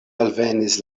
alvenis